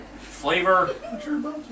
flavor